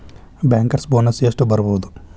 Bankers bonus ಎಷ್ಟ್ ಬರ್ಬಹುದು?